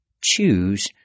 choose